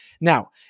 Now